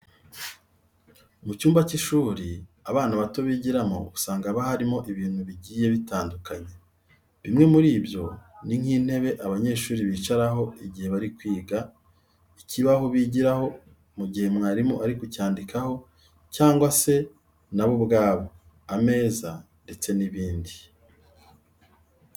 Mu cyumba cy'ishuri abana bato bigiramo usanga haba harimo ibintu bigiye bitandukanye. Bimwe muri byo ni nk'intebe abanyeshurri bicaraho igihe bari kwiga, ikibaho bigiraho mu gihe mwarimu ari kucyandikiraho cyangwa se na bo ubwabo, ameza ndetse n'ibindi.